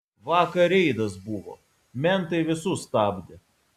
vakar reidas buvo mentai visus stabdė